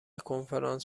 کنفرانس